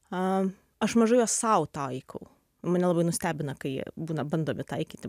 a aš mažai juos sau taikau mane labai nustebina kai būna bandomi taikyti